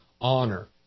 honor